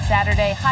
Saturday